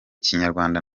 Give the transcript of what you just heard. kinyarwanda